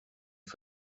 les